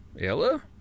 Ella